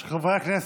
באמת,